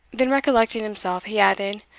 then recollecting himself, he added,